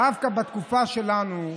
דווקא בתקופה שלנו,